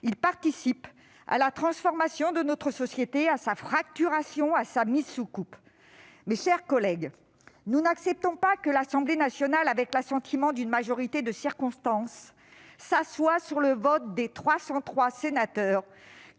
il participe à la transformation de notre société, à sa fracturation, à sa mise sous coupe. Mes chers collègues, nous n'acceptons pas que l'Assemblée nationale, avec l'assentiment d'une majorité de circonstance, s'assoie sur le vote des 303 sénateurs